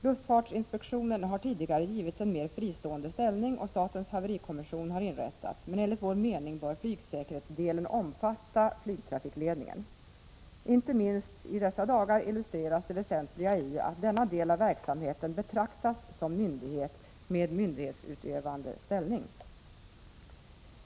Luftfartsinspektionen har tidigare givits en mer fristående ställning, och statens haverikommission har inrättats, men enligt vår mening bör flygsäkerhetsdelen omfatta flygtra Prot. 1986/87:132 — fikledningen. Inte minst i dessa dagar illustreras det väsentliga i att denna del av verksamheten betraktas som myndighet, med myndighetsutövande ställning.